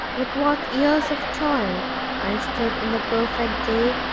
with what years of toil i stood in the perfect day,